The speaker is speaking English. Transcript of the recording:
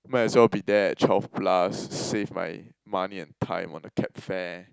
might as well be there at twelve plus save my money and time on the cab fare